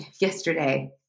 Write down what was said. yesterday